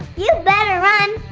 you better run!